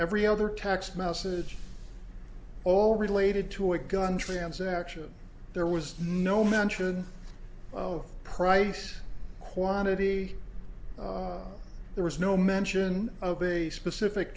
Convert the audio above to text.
every other text message all related to a gun transaction there was no mention of price quantity there was no mention of a specific